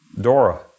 Dora